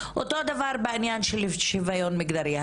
אותו הדבר בעניין של שוויון מגדרי.